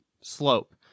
slope